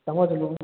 समझ लो